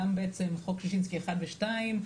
גם בעצם חוק שישינסקי 1 ו-2,